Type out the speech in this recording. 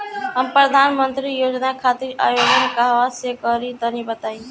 हम प्रधनमंत्री योजना खातिर आवेदन कहवा से करि तनि बताईं?